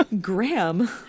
Graham